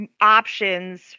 options